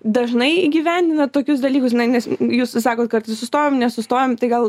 dažnai įgyvendinat tokius dalykus nai nes jūs sakot kartais sustojam nesustojam tai gal